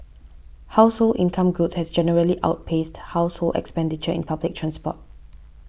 household income growth has generally outpaced household expenditure in public transport